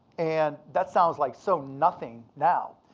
and that sounds like so nothing now,